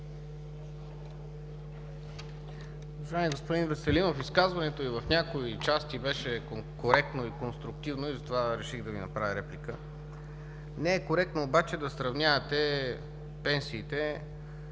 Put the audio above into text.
Уважаеми господин Веселинов, изказването Ви в някои части беше коректно и конструктивно и затова реших да Ви направя реплика. Не е коректно обаче да сравнявате пенсиите